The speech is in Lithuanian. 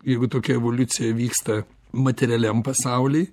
jeigu tokia evoliucija vyksta materialiam pasauly